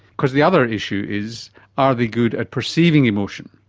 because the other issue is are they good at perceiving emotion?